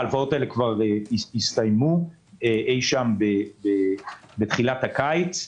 ההלוואות האלה כבר הסתיימו אי-שם בתחילת הקיץ.